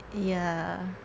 ya